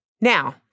Now